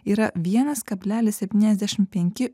yra vienas kablelis septyniasdešim penki